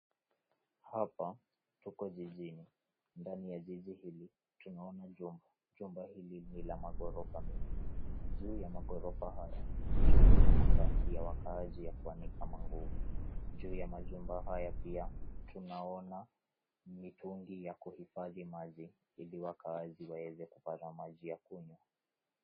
Hapa, tuko jijini. Ndani ya jiji hili tunaona jumba. Jumba hili ni la maghorofa mengi. Juu ya maghorofa haya, tunaona nafasi ya wakaazi ya kuanika manguo. Juu ya majumba haya, pia tunaona mitungi ya kuhifadhi maji ili wakaazi waeze kupara maji ya kunywa.